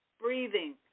breathing